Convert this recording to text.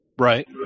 Right